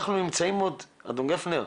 אנחנו נמצאים עוד לפני, אדון גפנר.